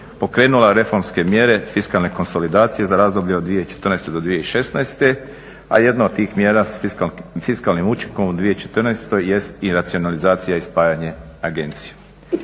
pokrenula reformske mjere fiskalne konsolidacije za razdoblje od 2014. do 2016., a jedna od tih mjera s fiskalnim učinkom u 2014. jest i racionalizacija i spajanje agencija.